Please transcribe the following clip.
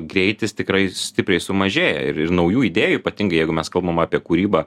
greitis tikrai stipriai sumažėja ir ir naujų idėjų ypatingai jeigu mes kalbam apie kūrybą